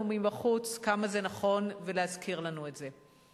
מבחוץ כמה זה נכון ולהזכיר לנו את זה.